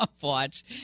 Watch